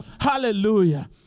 hallelujah